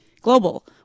global